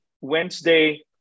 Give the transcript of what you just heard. Wednesday